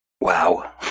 Wow